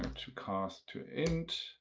um to cast to int.